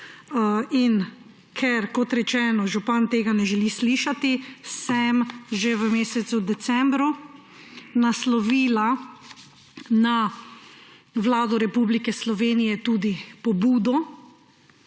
In ker kot rečeno, župan tega ne želi slišati, sem že v mesecu decembru naslovila na Vlado Republike Slovenije tudi pobudo,